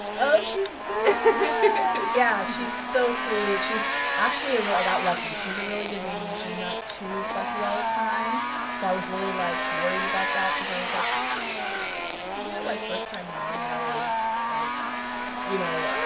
oh she's good yeah, she's so sweet. she's actually a real i got lucky. she's a really good baby. she's not too fussy all the time so i was really like worried about that cuz i was like no, i'm gonna do like first time mom, you're always like you know,